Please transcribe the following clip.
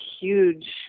huge